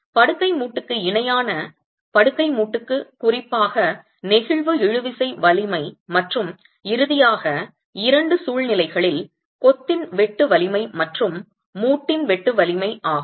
படுக்கை மூட்டுக்கு இணையான படுக்கை மூட்டுக்கு குறிப்பாக நெகிழ்வு இழுவிசை வலிமை மற்றும் இறுதியாக இரண்டு சூழ்நிலைகளில் கொத்தின் வெட்டு வலிமை மற்றும் மூட்டின் வெட்டு வலிமை ஆகும்